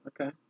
okay